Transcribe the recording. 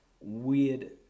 weird